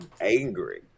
angry